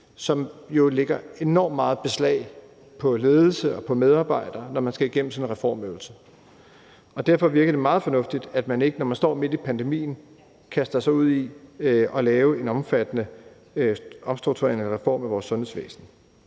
som jo lægger endog meget beslag på ledelse og medarbejdere, når man skal igennem sådan en reformøvelse. Derfor virker det meget fornuftigt, at man ikke, når man står midt i pandemien, kaster sig ud i at lave en omfattende omstrukturering eller reform af vores sundhedsvæsen.